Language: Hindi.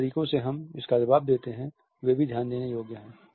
जिन तरीकों से हम इसका जवाब देते हैं वे भी ध्यान देने योग्य हैं